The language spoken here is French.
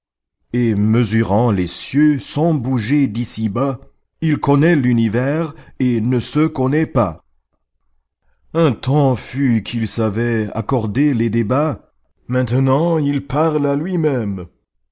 et mesurant les cieux sans bouger d'ici-bas il connaît l'univers et ne se connaît pas un temps fut qu'il savait accorder les débats maintenant il parle à lui-même